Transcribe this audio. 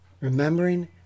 Remembering